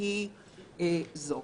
היא זו.